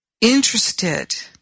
interested